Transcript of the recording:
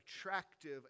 attractive